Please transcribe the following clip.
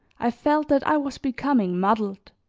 i felt that i was becoming muddled,